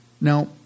Now